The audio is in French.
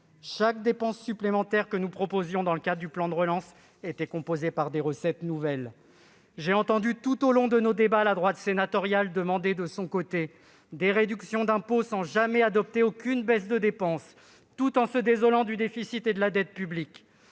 Chaque dépense supplémentaire que nous proposions dans le cadre du plan de relance était compensée par des recettes nouvelles. J'ai entendu tout au long de nos débats la droite sénatoriale réclamer des réductions d'impôts sans jamais adopter la moindre baisse de dépenses tout en se désolant du déficit et de la dette publique.